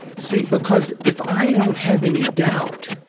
see, because if i don't have any doubt,